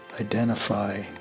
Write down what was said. identify